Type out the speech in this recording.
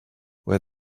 where